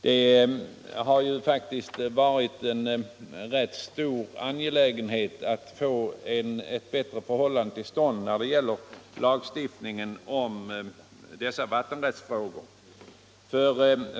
Det har faktiskt varit en rätt stor angelägenhet att få bättre förhållanden till stånd när det gäller lagstiftningen om dessa vattenrättsfrågor.